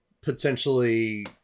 potentially